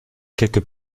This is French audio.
quelque